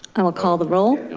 i will call the roll.